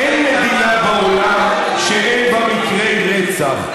אין מדינה בעולם שאין בה מקרי רצח.